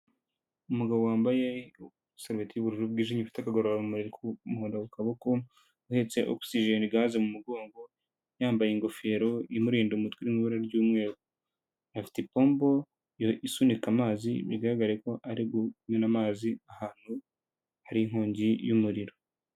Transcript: Umugabo wambaye impuzankono y'ubururu bwijimye ufite akagororamubirimura akaboko uhetse oxsigeni gaze mu mugongo yambaye ingofero imurinda umutwe muibura ry'umweru afite ipombo isunika amazi bigaragare ko ari gumena amazi ahantu hari inkongi y'umuriro.